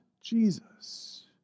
Jesus